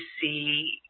see